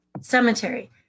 Cemetery